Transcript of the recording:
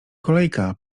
kolejka